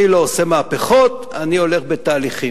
אני לא עושה מהפכות, אני הולך בתהליכים.